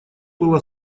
была